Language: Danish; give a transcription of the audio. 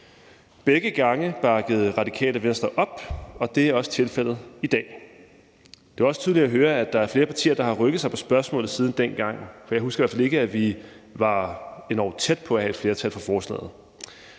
Begge gange bakkede Radikale Venstre op, og det er også tilfældet i dag. Det er også tydeligt at høre, at der er flere partier, der har rykket sig på spørgsmålet siden dengang, for jeg husker i hvert fald ikke, at vi var enormt tætte på at have et flertal for forslaget.